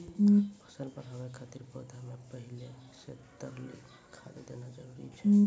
फसल बढ़ाबै खातिर पौधा मे पहिले से तरली खाद देना जरूरी छै?